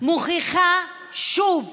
מוכיחה שוב